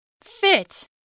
Fit